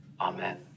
amen